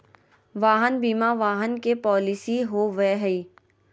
वाहन बीमा वाहन के पॉलिसी हो बैय हइ